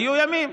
היו ימים.